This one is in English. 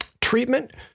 treatment